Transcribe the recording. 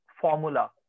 formula